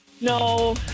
no